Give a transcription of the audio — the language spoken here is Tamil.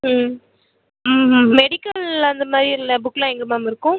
ம் ம்ம் மெடிக்கல் அந்த மாதிரி உள்ள புக்லாம் எங்கே மேம் இருக்கும்